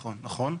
נכון, נכון.